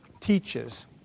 teaches